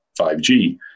5G